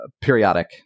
periodic